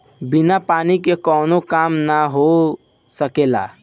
बिना पानी के कावनो काम ना हो सकेला